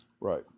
Right